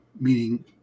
meaning